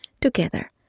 together